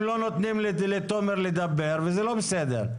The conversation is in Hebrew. לא נותנים לתומר לדבר וזה לא בסדר.